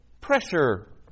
pressure